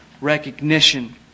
recognition